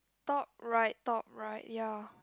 top right top right ya